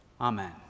Amen